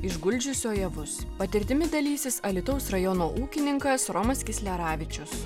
išguldžiusio javus patirtimi dalysis alytaus rajono ūkininkas romas kisleravičius